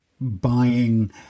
buying